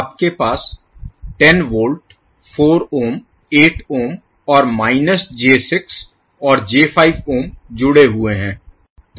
आपके पास 10 volt 4 ohm 8 ohm और माइनस j6 और j5 ओम जुड़े हुए हैं